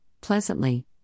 pleasantly